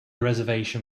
reservation